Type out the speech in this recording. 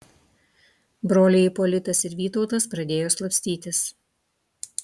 broliai ipolitas ir vytautas pradėjo slapstytis